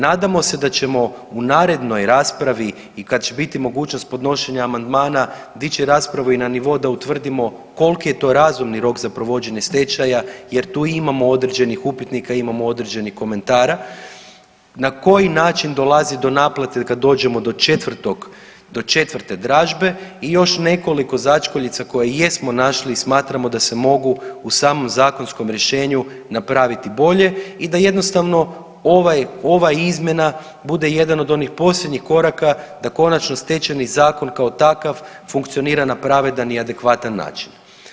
Nadamo se da ćemo u narednoj raspravi i kad će biti mogućnost podnošenja amandmana dići raspravu i na nivo da utvrdimo koliki je to razumni rok za provođenje stečaja, jer tu imamo određenih upitnika, imamo određenih komentara na koji način dolazi do naplate kad dođemo do četvrte dražbe i još nekoliko začkuljica koje jesmo našli i smatramo da se mogu u samom zakonskom rješenju napraviti bolje i da jednostavno ova izmjena bude jedan od onih posljednjih koraka, da konačno stečeni zakon kao takav funkcionira na pravedan i adekvatan način.